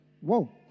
whoa